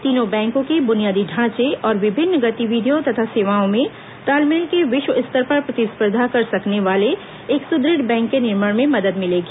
तीनों बैंकों के बुनियादी ढांचे और विभिन्न गतिविधियों तथा सेवाओं में तालमेल से विश्व स्तर पर प्रतिस्पर्धा कर सकने वाले एक सुदुढ़ बैंक के निर्माण में मदद मिलेगी